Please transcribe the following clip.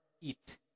eat